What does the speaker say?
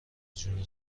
جون